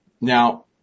Now